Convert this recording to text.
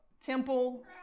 temple